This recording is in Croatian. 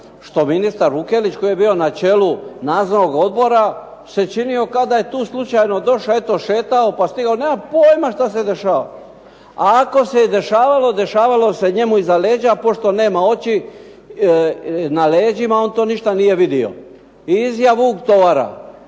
što ministar Vukelić koji je bio na čelu nadzornog odbora se činio kao da je tu slučajno došao, eto šetao, pa stigao. Nema pojma što se dešava. A ako se i dešavalo, dešavalo se njemu iza leđa pošto nema oči na leđima, on to ništa nije vido. I izjeo vuk tovara.